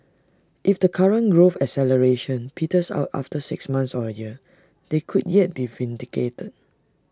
if the current growth acceleration peters out after six months or A year they could yet be vindicated